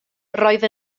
roedd